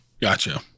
Gotcha